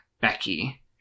Becky